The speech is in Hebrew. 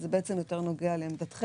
זה שהם עומדים זה עניין אחר.